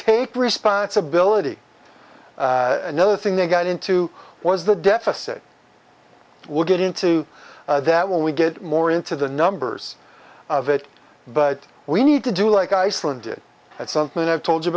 take responsibility another thing they got into was the deficit we'll get into that when we get more into the numbers of it but we need to do like iceland did something i've told you